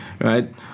right